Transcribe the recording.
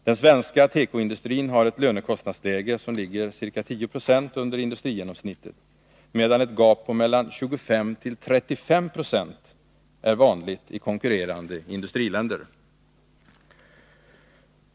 Den svenska tekoindustrin har ett lönekostnadsläge som ligger ca 10 9 under industrigenomsnittet, medan ett gap på mellan 25 och 35 7 är vanligt i konkurrerande industriländer.